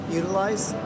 utilize